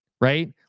right